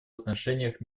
отношениях